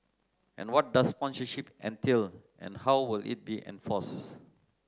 and what does sponsorship entail and how will it be enforced